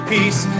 Peace